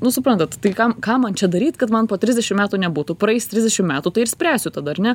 nu suprantat tai kam kam man čia daryt kad man po trisdešim metų nebūtų praeis trisdešim metų tai ir spręsiu tada ar ne